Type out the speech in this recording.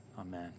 Amen